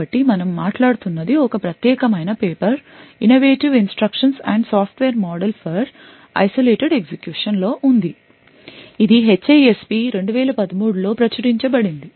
కాబట్టి మనం మాట్లాడుతున్నది ఒక ప్రత్యేకమైన paper "innovative instructions and software model for isolated execution" లో ఉంది ఇది HASP 2013 లో ప్రచురించబడింది